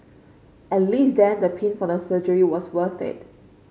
at least then the pain from the surgery was worth it